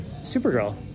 Supergirl